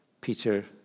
Peter